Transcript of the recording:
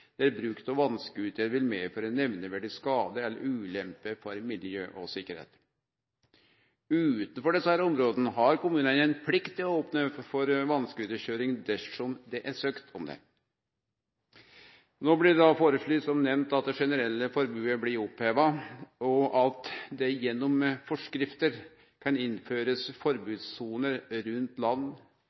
vil medføre nemneverdig skade eller ulempe for miljø og sikkerheit. Utanfor desse områda har kommunane ei plikt til å opne for vass-scooterkøyring dersom det er søkt om det. Nå blir det føreslege, som nemnt, at det generelle forbodet blir oppheva, og at det gjennom forskrifter kan innførast forbodssoner rundt land.